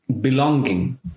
belonging